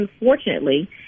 unfortunately